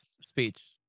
speech